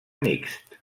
mixt